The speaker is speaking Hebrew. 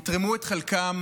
יתרמו את חלקם,